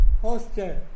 hostel